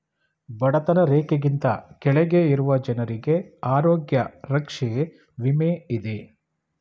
ಬಡತನ ರೇಖೆಗಿಂತ ಕೆಳಗೆ ಇರುವ ಜನರಿಗೆ ಆರೋಗ್ಯ ರಕ್ಷೆ ವಿಮೆ ಇದೆ